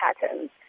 patterns